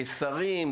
כשרים,